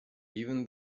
even